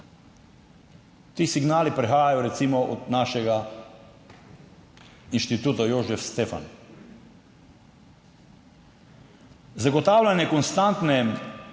Ti signali prihajajo recimo od našega inštituta Jožef Stefan. Zagotavljanje konstantne